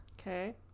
Okay